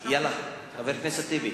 יאללה, חבר הכנסת טיבי.